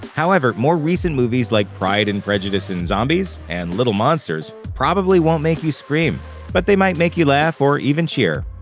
however, more recent movies like pride and prejudice and zombies and little monsters probably won't make you scream but they might make you laugh or even cheer.